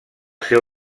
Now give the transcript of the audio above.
seu